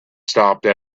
stopped